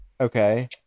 Okay